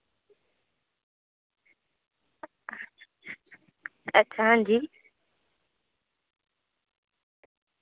अच्छा आं जी